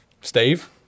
Steve